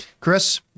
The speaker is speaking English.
Chris